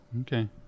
Okay